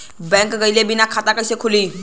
Bank गइले बिना खाता कईसे खुली?